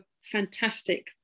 fantastic